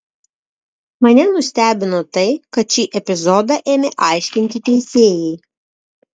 mane nustebino tai kad šį epizodą ėmė aiškinti teisėjai